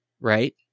right